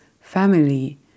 family